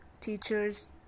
teachers